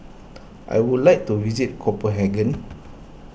I would like to visit Copenhagen